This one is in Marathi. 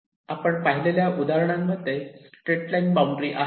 आपण पाहिलेल्या उदाहरणांमध्ये स्ट्रैट लाईन बाउंड्री आहे